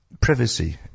privacy